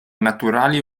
naturali